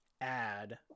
add